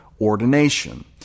ordination